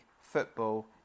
football